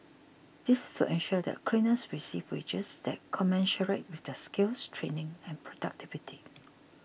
this is to ensure that cleaners receive wages that commensurate with their skills training and productivity